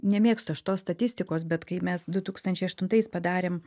nemėgstu aš tos statistikos bet kai mes du tūkstančiai aštuntais padarėm